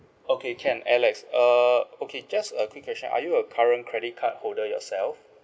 okay can alex err okay just a quick question are you a current credit card holder yourself